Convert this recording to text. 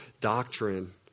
doctrine